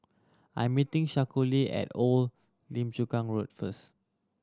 I am meeting Shaquille at Old Lim Chu Kang Road first